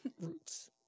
roots